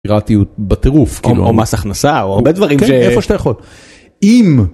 פיראטיות בטירוף כאילו מס הכנסה או הרבה דברים איפה שאתה יכול אם.